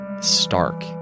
stark